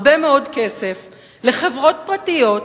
הרבה מאוד כסף לחברות פרטיות,